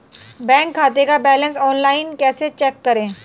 Bank खाते का balance online कैसे चेक करें?